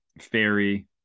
fairy